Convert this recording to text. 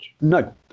No